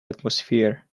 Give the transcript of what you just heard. atmosphere